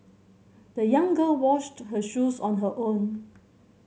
the young girl washed her shoes on her own